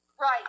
right